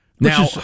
Now